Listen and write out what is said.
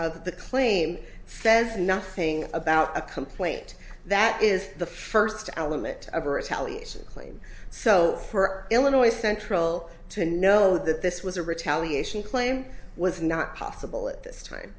of the claim says nothing about a complaint that is the first element of retaliates claim so her illinois central to know that this was a retaliation claim was not possible at this time